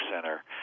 Center